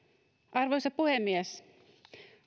arvoisa puhemies